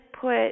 put